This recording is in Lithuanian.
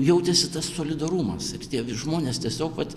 jautėsi tas solidarumas ir tie vi žmonės tiesiog vat